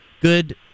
good